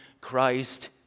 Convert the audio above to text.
Christ